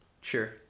Sure